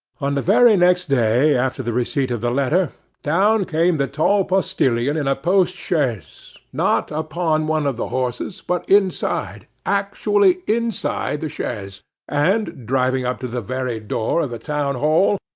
on the very next day after the receipt of the letter, down came the tall postilion in a post-chaise not upon one of the horses, but inside actually inside the chaise and, driving up to the very door of the town-hall,